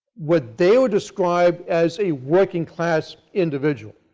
with they would describe as a working class individual.